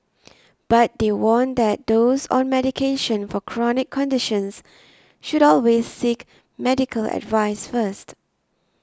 but they warn that those on medication for chronic conditions should always seek medical advice first